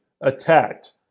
attacked